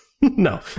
No